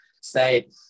say